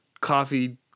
coffee